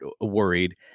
worried